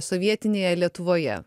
sovietinėje lietuvoje